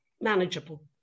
manageable